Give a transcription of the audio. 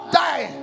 die